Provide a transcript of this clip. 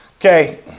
Okay